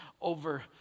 over